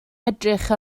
edrych